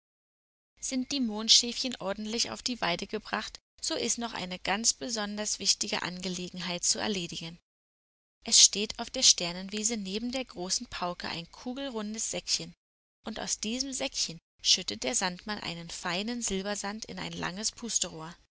sind die mondschäfchen ordentlich auf die weide gebracht so ist noch eine ganz besonders wichtige angelegenheit zu erledigen es steht auf der sternenwiese neben der großen pauke ein kugelrundes säckchen und aus diesem säckchen schüttet der sandmann einen feinen silbersand in ein langes